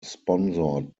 sponsored